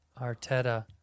Arteta